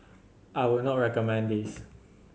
I would not recommend this